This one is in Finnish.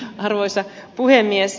arvoisa puhemies